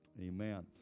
Amen